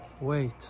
wait